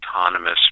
autonomous